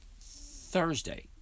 Thursday